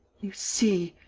you see,